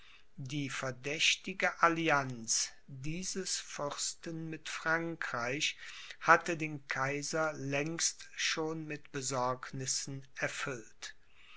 die verdächtige allianz dieses fürsten mit frankreich hatte den kaiser längst schon mit besorgnissen erfüllt